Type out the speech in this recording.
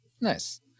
Nice